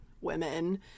women